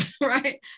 right